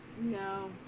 No